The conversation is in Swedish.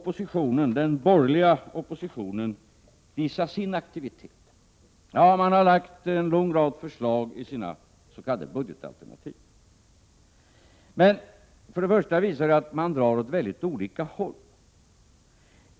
Hur vill då den borgerliga oppositionen visa sin aktivitet? Ja, man har lagt en lång rad förslag i sina s.k. budgetalternativ, men först och främst visar de att man drar åt väldigt olika håll.